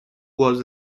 was